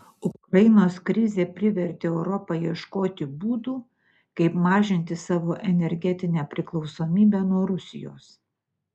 ukrainos krizė privertė europą ieškoti būdų kaip mažinti savo energetinę priklausomybę nuo rusijos